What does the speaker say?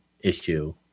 issue